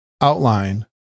outline